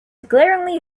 glaringly